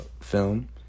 film